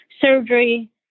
surgery